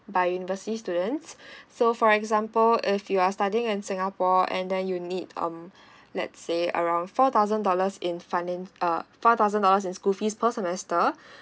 by university students so for example if you are studying in singapore and then you need um let's say around four thousand dollars in fina~ uh four thousand dollars in school fees per semester